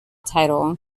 title